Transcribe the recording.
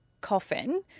coffin